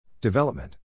Development